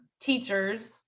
teachers